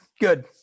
good